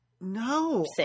No